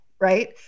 Right